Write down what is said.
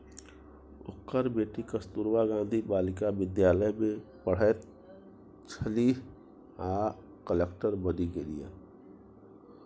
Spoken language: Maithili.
ओकर बेटी कस्तूरबा गांधी बालिका विद्यालय मे पढ़ैत छलीह आ कलेक्टर बनि गेलीह